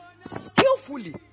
skillfully